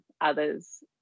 others